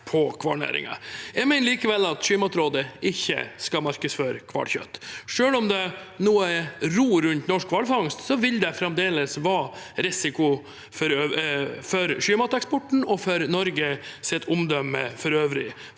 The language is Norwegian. Jeg mener likevel at Sjømatrådet ikke skal markedsføre hvalkjøtt. Selv om det nå er ro rundt norsk hvalfangst, vil det fremdeles være risiko for sjømateksporten, og for Norges omdømme for øvrig,